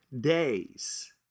days